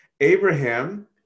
Abraham